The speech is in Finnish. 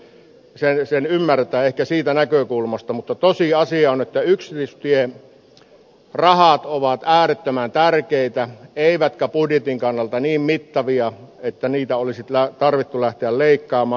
sen ymmärtää ehkä siitä näkökulmasta mutta tosiasia on että yksityistierahat ovat äärettömän tärkeitä eivätkä budjetin kannalta niin mittavia että niitä olisi tarvinnut lähteä leikkaamaan